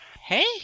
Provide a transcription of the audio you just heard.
Hey